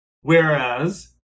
Whereas